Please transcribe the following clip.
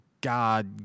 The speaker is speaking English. God